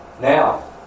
Now